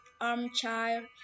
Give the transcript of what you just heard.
armchair